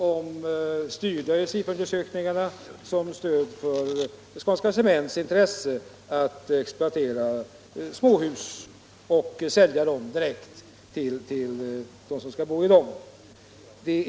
Dessa undersökningar syftar ju till att understödja Skånska Cementgjuteriets intresse av att exploatera småhus och sälja husen direkt till dem som skall bo i husen.